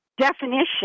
definition